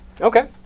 Okay